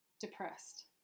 depressed